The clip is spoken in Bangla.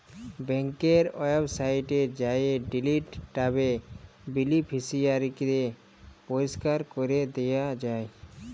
ব্যাংকের ওয়েবসাইটে যাঁয়ে ডিলিট ট্যাবে বেলিফিসিয়ারিকে পরিষ্কার ক্যরে দিয়া যায়